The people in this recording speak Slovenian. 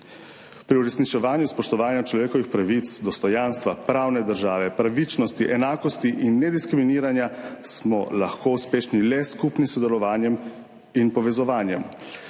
Pri uresničevanju spoštovanja človekovih pravic, dostojanstva, pravne države, pravičnosti, enakosti in nediskriminiranja smo lahko uspešni le s skupnim sodelovanjem in povezovanjem.